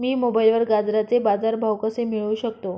मी मोबाईलवर गाजराचे बाजार भाव कसे मिळवू शकतो?